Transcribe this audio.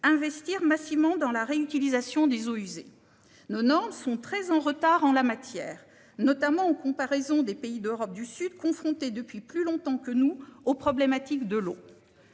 investir massivement dans la réutilisation des eaux usées. 90 sont très en retard en la matière, notamment en comparaison des pays d'Europe du Sud, confrontée depuis plus longtemps que nous aux problématiques de l'eau.